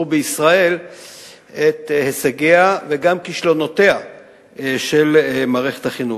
בישראל את הישגיה וגם כישלונותיה של מערכת החינוך.